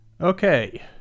Okay